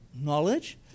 knowledge